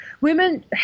Women